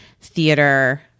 theater